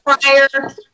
prior